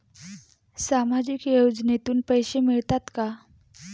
सामाजिक योजनेतून पैसे मिळतात का?